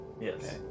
Yes